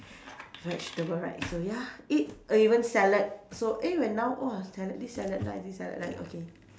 vegetable right so ya eat even salad so even now !whoa! salad this salad nice this salad nice okay